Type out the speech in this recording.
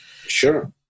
Sure